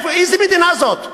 איזו מדינה זאת?